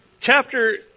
Chapter